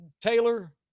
Taylor